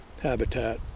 habitat